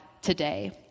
today